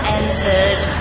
entered